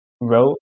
wrote